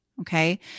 Okay